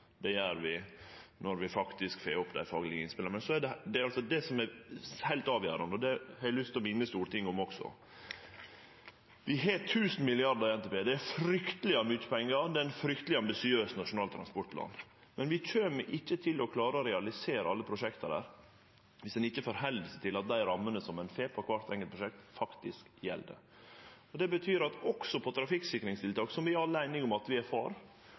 det gjer vi når vi faktisk får opp dei faglege innspela. Det som er heilt avgjerande – og det har eg lyst til å minne Stortinget om også – er at vi har 1 000 mrd. kr i NTP, og det er frykteleg mykje pengar. Det er ein frykteleg ambisiøs Nasjonal transportplan, men vi kjem ikkje til å klare å realisere alle prosjekta dersom ein ikkje innrettar seg etter at dei rammene ein får til kvart enkelt prosjekt, faktisk gjeld. Det betyr at det også på trafikksikringstiltak, som vi alle er einige om at vi er for,